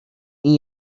این